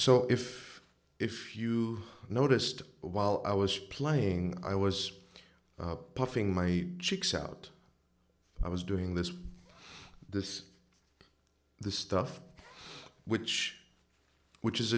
so if if you noticed while i was playing i was puffing my cheeks out i was doing this this is the stuff which which is